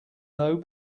low